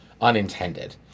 Unintended